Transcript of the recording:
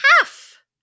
half